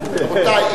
רבותי,